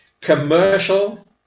commercial